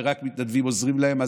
ורק מתנדבים עוזרים להם.